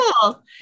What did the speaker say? Cool